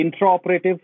intraoperative